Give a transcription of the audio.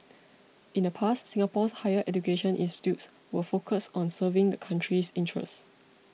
in the past Singapore's higher education institutions were focused on serving the country's interests